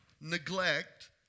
neglect